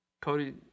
Cody